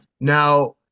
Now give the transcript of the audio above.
Now